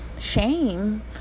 shame